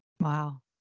Wow